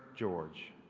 george